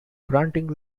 granting